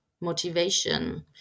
motivation